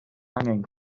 angen